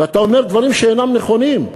ואתה אומר דברים שאינם נכונים.